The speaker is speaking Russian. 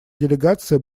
делегация